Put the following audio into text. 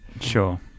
sure